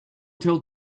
till